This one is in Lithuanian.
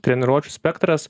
treniruočių spektras